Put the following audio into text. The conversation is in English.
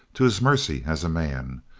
to his mercy as a man.